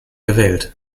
gewählt